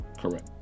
Correct